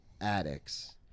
addicts